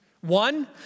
One